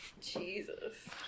Jesus